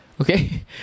Okay